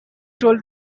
tone